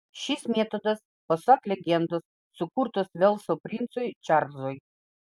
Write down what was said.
šis metodas pasak legendos sukurtas velso princui čarlzui